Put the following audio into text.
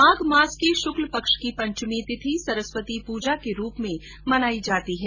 माघ मास के शुक्ल पक्ष की पंचमी तिथि सरस्वती पूजा के रूप में मनाई जाती है